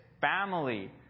family